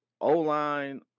O-line